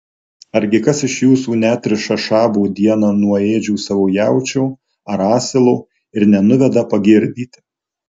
argi kas iš jūsų neatriša šabo dieną nuo ėdžių savo jaučio ar asilo ir nenuveda pagirdyti